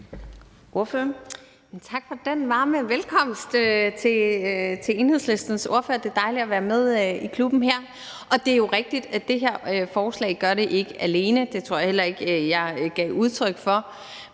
Tak for den varme velkomst til Enhedslistens ordfører. Det er dejligt at være med i klubben her. Det er jo rigtigt, at det her forslag ikke gør det alene. Det tror jeg heller ikke jeg gav udtryk for.